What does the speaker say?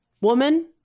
woman